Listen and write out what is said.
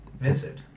Vincent